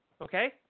Okay